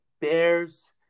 Bears